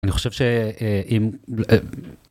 אני חושב שאם